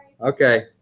okay